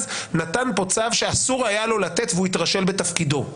נתן פה צו שאסור היה לו לתת והוא התרשל בתפקידו.